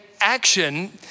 action